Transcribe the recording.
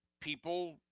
People